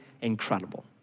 incredible